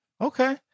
Okay